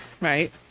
Right